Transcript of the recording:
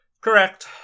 Correct